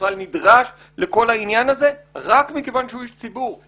בכלל נדרש לכל העניין הזה רק מכיוון שהוא איש ציבור.